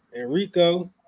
Enrico